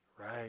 Right